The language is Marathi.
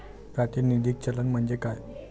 प्रातिनिधिक चलन म्हणजे काय?